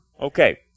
Okay